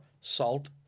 Salt